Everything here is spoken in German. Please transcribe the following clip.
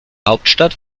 hauptstadt